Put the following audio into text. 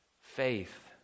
faith